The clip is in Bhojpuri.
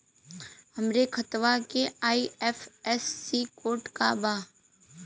हमरे खतवा के आई.एफ.एस.सी कोड का बा?